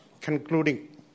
concluding